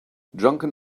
drunken